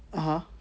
ah !huh!